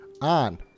on